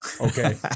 Okay